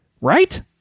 Right